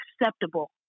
acceptable